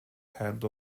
hand